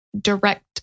direct